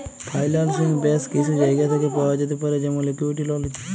ফাইলালসিং ব্যাশ কিছু জায়গা থ্যাকে পাওয়া যাতে পারে যেমল ইকুইটি, লল ইত্যাদি